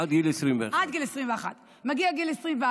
עד גיל 21. עד גיל 21. מגיע גיל 21,